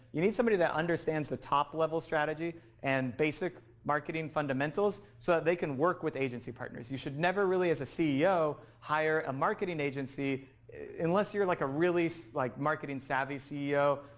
you need somebody that understands the top level strategy and basic marketing fundamentals so they can work with agency partners. you should never really, as a ceo, hire a marketing agency unless you're like a really like marketing savvy ceo,